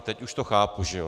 Teď už to chápu, že jo.